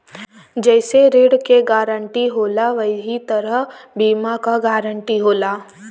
जइसे ऋण के गारंटी होला वही तरह बीमा क गारंटी होला